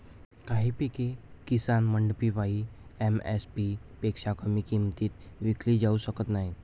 काही पिके किसान मंडईमध्ये एम.एस.पी पेक्षा कमी किमतीत विकली जाऊ शकत नाहीत